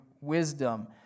wisdom